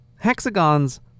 hexagons